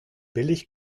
billig